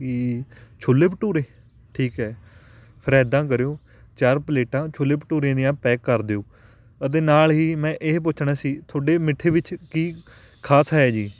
ਕੀ ਛੋਲੇ ਭਟੂਰੇ ਠੀਕ ਹੈ ਫਿਰ ਐਦਾਂ ਕਰਿਓ ਚਾਰ ਪਲੇਟਾਂ ਛੋਲੇ ਭਟੂਰਿਆਂ ਦੀਆਂ ਪੈਕ ਕਰ ਦਿਓ ਅਤੇ ਨਾਲ ਹੀ ਮੈਂ ਇਹ ਪੁੱਛਣਾ ਸੀ ਤੁਹਾਡੇ ਮਿੱਠੇ ਵਿੱਚ ਕੀ ਖ਼ਾਸ ਹੈ ਜੀ